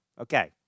okay